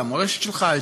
למורשת שלך,